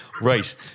Right